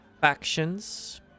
factions